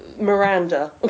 Miranda